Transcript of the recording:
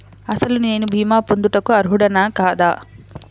అసలు నేను భీమా పొందుటకు అర్హుడన కాదా?